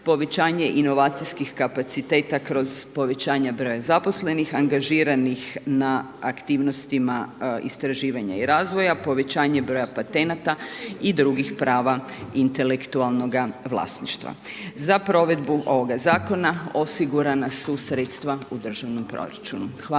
povećanje inovacijskih kapaciteta kroz povećanje broja zaposlenih, angažiranih na aktivnostima istraživanja i razvoja, povećanje broja patenata i drugih prava intelektualnoga vlasništva. Za provedbu ovoga zakona osigurana su sredstva u državnom proračunu.